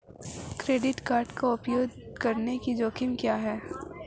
Credit card का उपयोग करने के जोखिम क्या हैं?